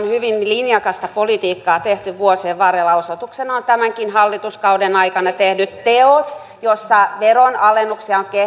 hyvin linjakasta politiikkaa tehty vuosien varrella osoituksena on tämänkin hallituskauden aikana tehdyt teot joilla veronalennuksia on